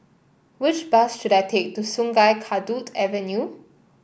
which bus should I take to Sungei Kadut Avenue